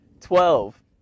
Twelve